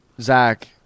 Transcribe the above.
Zach